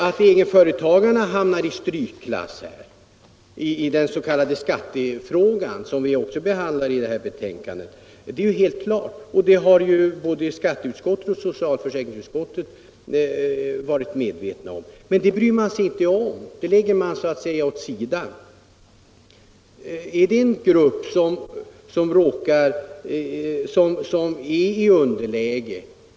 Att egenföretagarna hamnar i strykklass i den s.k. skattefrågan, som också behandlas i betänkandet, är helt klart. Det har både skatteutskottet och socialförsäkringsutskottet varit medvetna om. Men det bryr man sig inte om, det lägger man så att säga åt sidan. Egenföretagarna är i underläge.